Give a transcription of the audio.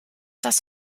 das